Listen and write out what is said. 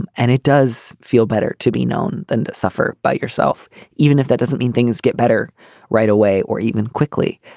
and and it does feel better to be known than suffer by yourself even if that doesn't mean things get better right away or even quickly.